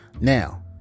Now